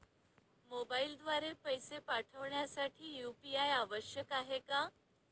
मोबाईलद्वारे पैसे पाठवण्यासाठी यू.पी.आय आवश्यक आहे का?